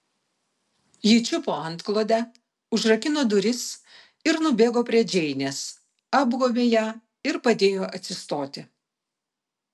ji čiupo antklodę užrakino duris ir nubėgo prie džeinės apgobė ją ir padėjo atsistoti